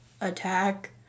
Attack